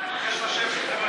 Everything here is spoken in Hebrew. אין אף אחד.